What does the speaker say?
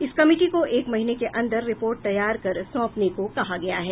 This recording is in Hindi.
इस कमिटी को एक महीने के अन्दर रिपोर्ट तैयार कर सौंपने को कहा गया है